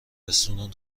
رستوران